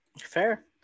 Fair